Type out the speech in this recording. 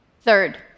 Third